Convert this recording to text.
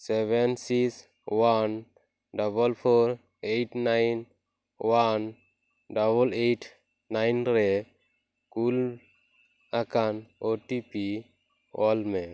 seven six one double four eight nine one double eight nine ᱨᱮ ᱠᱩᱞ ᱟᱠᱟᱱ O T P ᱟᱞ ᱢᱮ